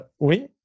Oui